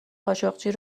خاشقچی